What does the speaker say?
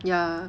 ya